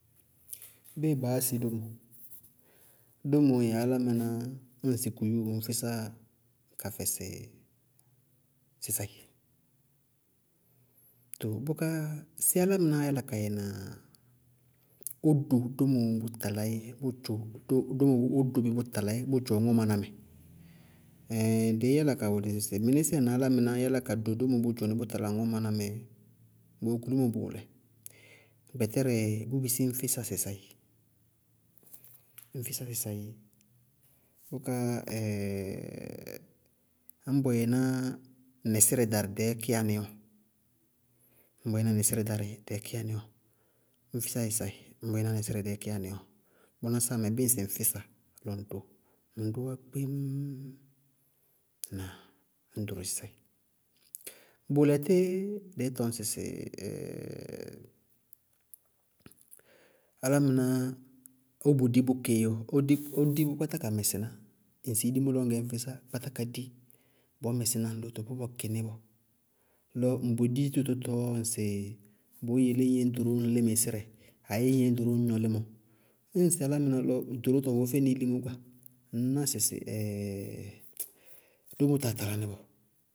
Béé baá yá sɩ dómo? Domóo yɛ álámɩná bíɩ ŋsɩ ku yúu ñ físá ka fɛsɩ, sɩsɛɩ. Too bʋká séé álámɩnáá yála ka yɛ na ɔ do dómo bʋ tala í bʋdzʋ dómo bʋ bʋ tala í bʋdzʋ ɔ ŋɔmaná mɛ? Ɛɛin dɩí yála ka wʋlɩ sɩ mɩnísíɩ na álámɩnáá do dómo bʋ dʋ ní bʋ tala ŋɔmaná mɛ, bʋwɛ gulúmo bʋʋlɛ: gbɛtɛrɛ, bʋʋ bisí ñ físá sɩsɛɩ, bʋʋ bisí ñ físá sɩsɛɩ, bʋká ñ bɔyɛná nɛsírɛ darɩ dɛɛ kíyá ní ɔɔ. Ñ físá sɩsɛɩ ñ bʋ yɛná nɛsírɛ dɛɛ kíyá ní ɔɔ. Bʋná sáa mɛ mɛ bíɩ sɩ ŋ físa lɔ ŋ dóo, ŋñ dóówá kpiñññ! Ŋnáa? Ññ ɖoro sɩsɛɩ. Bʋʋlɛtɩ, dɩí tɔñ sɩsɩ. Álámɩná ʋ bɔ di bʋ kɩ í bɔɔ. Ʋ di bʋ kpáta ka mɛsɩ ná ŋsɩ ilimó lɔ ŋñgɛ ñ físá, kpátá ka di bɔɔ mɛsíná ŋ lóto, bʋ bɔ kɩní bɔɔ, lɔ bʋ di dito tʋtɔɔ ŋsɩ tʋʋ yelé ŋñ ɖoró ŋñ lí nɛsírɛ, ayé ŋñ ɖoró ŋñ gnɔ límɔ. Ñŋsɩ álámɩná lɔ ɖorótɔ vʋ fɛnɩ ilimó gba, ŋñná sɩ dómo táa talá nɩ bɔɔ.